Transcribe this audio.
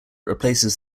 replaces